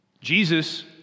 Jesus